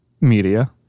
media